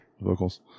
vocals